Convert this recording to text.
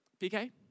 PK